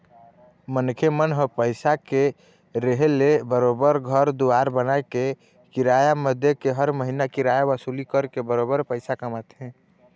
मनखे मन ह पइसा के रेहे ले बरोबर घर दुवार बनाके, किराया म देके हर महिना किराया वसूली करके बरोबर पइसा कमाथे